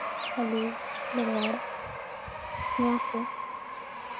ᱟᱹᱞᱩ ᱵᱮᱸᱜᱟᱲ ᱱᱚᱣᱟᱠᱚ